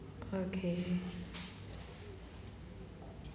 okay